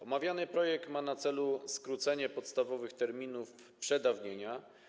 Omawiany projekt ma na celu skrócenie podstawowych terminów przedawnienia.